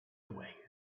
away